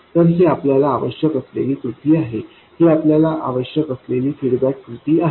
तर ही आपल्याला आवश्यक असलेली कृती आहे ही आपल्याला आवश्यक असलेली फीडबॅक कृती आहे